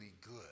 good